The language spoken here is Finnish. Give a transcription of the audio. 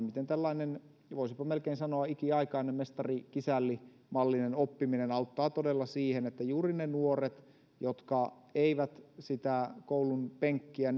miten tällainen voisipa melkein sanoa ikiaikainen mestari kisälli mallinen oppiminen todella auttaa siihen että juuri ne nuoret jotka eivät sitä koulunpenkkiä